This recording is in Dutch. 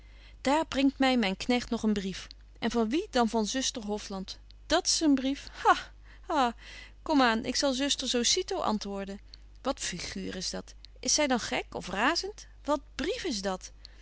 brengt my myn knegt nog een brief en van wie dan van zuster hofland dat's een brief ha ha kom aan ik zal zuster zo cito antwoorden wat figuur is dat is zy dan gek of razent wat brief is dat